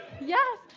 Yes